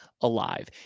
alive